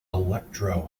electro